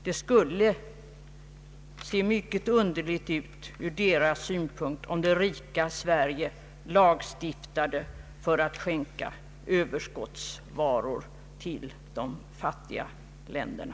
Det skulle ur deras synpunkt se mycket underligt ut om det rika Sverige lagstiftade för att skänka överskottsvaror till de fattiga länderna.